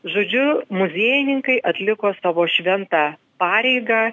žodžiu muziejininkai atliko savo šventą pareigą